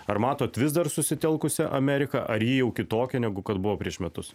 ar matot vis dar susitelkusią ameriką ar ji jau kitokia negu kad buvo prieš metus